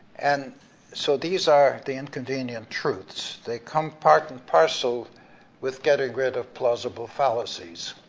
and so these are the inconvenient truths. they come part and parcel with getting rid of plausible fallacies.